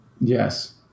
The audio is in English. Yes